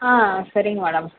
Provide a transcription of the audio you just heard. ஆ சரிங்க மேடம்